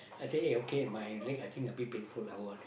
I say eh okay my leg I think a bit painful I go on